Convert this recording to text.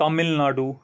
Tamil Nadu